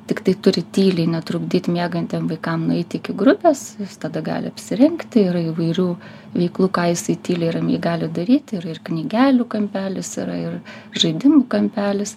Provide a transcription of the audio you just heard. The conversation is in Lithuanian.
tiktai turi tyliai netrukdyti miegantiem vaikam nueiti iki grupės tada gali apsirengti yra įvairių veiklų ką jisai tyliai ramiai gali daryti ir knygelių kampelis yra ir žaidimų kampelis